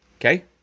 Okay